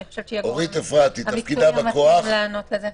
ואני חושבת שהיא הגורם המקצועי שצריך לענות על זה.